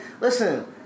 listen